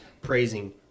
praising